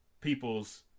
people's